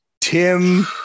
Tim